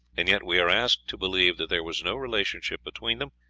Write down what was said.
and yet we are asked to believe that there was no relationship between them,